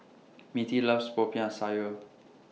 Mittie loves Popiah Sayur